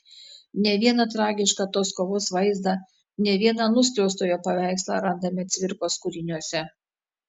ne vieną tragišką tos kovos vaizdą ne vieną nuskriaustojo paveikslą randame cvirkos kūriniuose